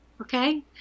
Okay